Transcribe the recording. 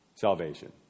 salvation